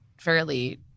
fairly